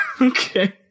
Okay